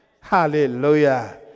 Hallelujah